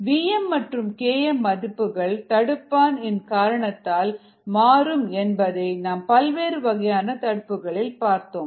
vmமற்றும் km மதிப்புகள் தடுப்பான் இன் காரணத்தால் மாறும் என்பதை நாம் பல்வேறு வகையான தடுப்புகளில் பார்த்தோம்